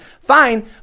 Fine